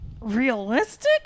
realistic